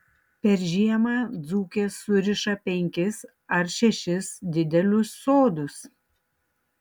per žiemą dzūkės suriša penkis ar šešis didelius sodus